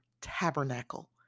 tabernacle